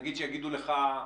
נגיד יגידו לך,